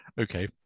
Okay